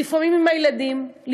לפעמים עם הילדים,